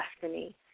destiny